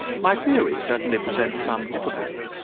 my theory certainly presents some difficulties.